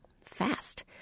Fast